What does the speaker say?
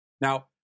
Now